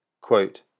Quote